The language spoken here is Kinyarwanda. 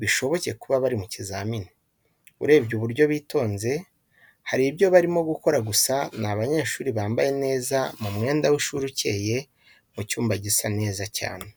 Bishoboke kuba bari mu bizamini, urebye uburyo bitonze, hari ibyo barimo gukora gusa ni abanyeshuri bambaye neza mu mwenda w'ishuri ukeye, mu cyumba gisa nza cyane.